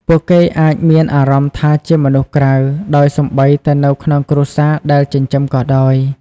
ពួកគេអាចមានអារម្មណ៍ថាជាមនុស្សក្រៅ ដោយសូម្បីតែនៅក្នុងគ្រួសារដែលចិញ្ចឹមក៏ដោយ។